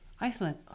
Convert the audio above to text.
Iceland